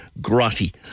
grotty